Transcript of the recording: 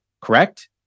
correct